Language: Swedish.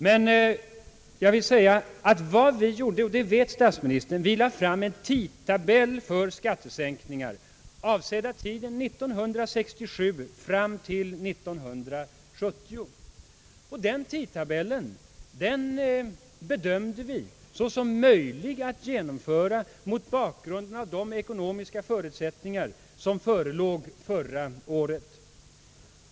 Jag vill emellertid säga att vad vi gjorde, och det vet statsministern, var att vi lade fram en tidtabell för skattesänkningar avseende tiden 1967 fram till 1970, och den tidtabellen bedömde vi som möjlig att genomföra mot bakgrunden av de ekonomiska förutsättningar som förelåg förra året.